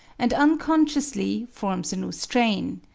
and unconsciously forms a new strain.